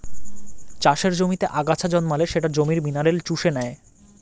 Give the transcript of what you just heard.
চাষের জমিতে আগাছা জন্মালে সেটা জমির মিনারেল চুষে নেয়